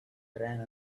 ran